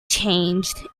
changed